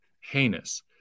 heinous